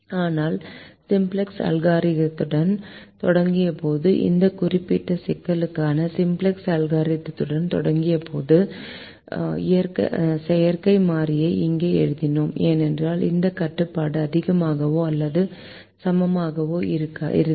ஆனால் சிம்ப்ளக்ஸ் அல்காரிதத்துடன் தொடங்கியபோது இந்த குறிப்பிட்ட சிக்கலுக்கான சிம்ப்ளக்ஸ் அல்காரிதத்துடன் தொடங்கியபோது செயற்கை மாறியை இங்கே எழுதினோம் ஏனென்றால் இந்த கட்டுப்பாடு அதிகமாகவோ அல்லது சமமாகவோ இருந்தது